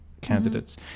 candidates